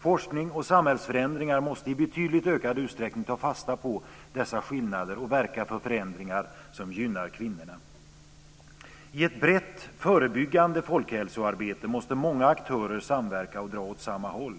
Forskning och samhällsförändringar måste i betydligt ökad utsträckning ta fasta på dessa skillnader och verka för förändringar som gynnar kvinnorna. I ett brett förebyggande folkhälsoarbete måste många aktörer samverka och dra åt samma håll.